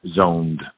zoned